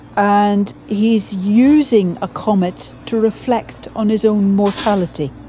and he's using a comet to reflect on his own mortality.